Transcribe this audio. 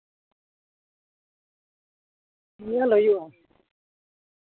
ᱧᱮᱞ ᱦᱩᱭᱩᱜᱼᱟ